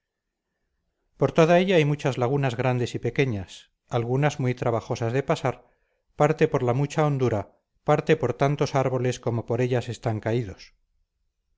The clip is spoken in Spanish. por toda ella hay muchas lagunas grandes y pequeñas algunas muy trabajosas de pasar parte por la mucha hondura parte por tantos árboles como por ellas están caídos